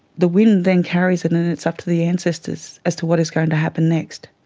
the wind then carries it and it's up to the ancestors as to what is going to happen next.